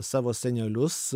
savo senelius